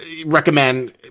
recommend